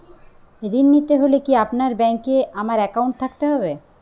ঋণ নিতে হলে কি আপনার ব্যাংক এ আমার অ্যাকাউন্ট থাকতে হবে?